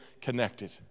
connected